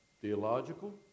theological